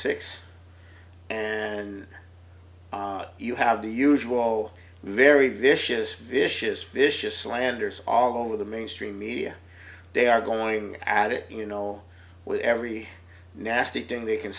six and you have the usual very vicious vicious vicious slanders all over the mainstream media they are going at it you know with every nasty thing they can